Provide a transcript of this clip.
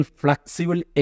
flexible